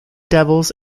devils